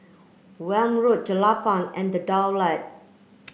Welm Road Jelapang and The Daulat